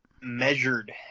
measured